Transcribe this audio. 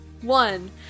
one